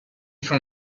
from